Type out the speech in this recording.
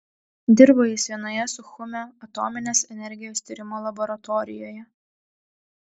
dirbo jis vienoje suchumio atominės energijos tyrimo laboratorijoje